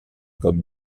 comme